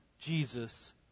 Jesus